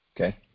okay